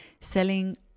selling